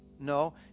No